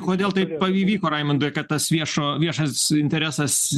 kodėl taip pa įvyko raimundai kad tas viešo viešasis interesas